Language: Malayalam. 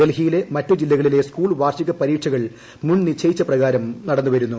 ഡൽഹിയിലെ മറ്റു ജില്ലകളിലെ സ്കൂൾ വാർഷിക പരീക്ഷകൾ മുൻ നിശ്ചയിച്ച പ്രകാരം നടിന്നുവരുന്നു